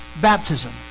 baptism